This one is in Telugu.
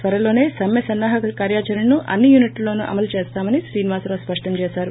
త్వరలోనే సమ్మె సన్నాహక కార్యాచరణను అన్ని యూనిట్లలోనూ అమలు చేస్తామని శ్రీనివాసరావు స్పష్టంచేశారు